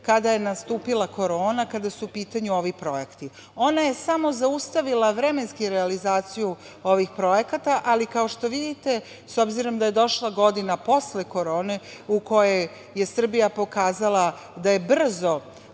kada je nastupila korona kada su u pitanju ovi projekti. Ona je samo zaustavili vremenski realizaciju ovih projekata, ali, kao što vidite, s obzirom da je došla godina posle korone, u kojoj je Srbija pokazala da se brzo